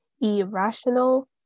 irrational